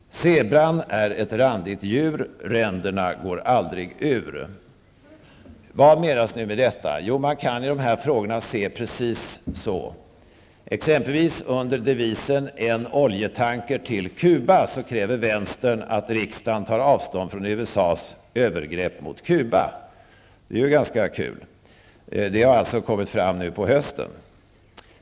Zebran är ett randigt djur, ränderna går aldrig ur. Vad menar jag nu med detta? Jo, man kan se på dessa frågor precis på det sättet. Under devisen ''En oljetanker till Cuba'' kräver vänstern att riksdagen skall ta avstånd från USAs övergrepp mot Cuba. Det låter ju ganska kul. Detta krav har alltså ställts under hösten.